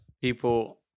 people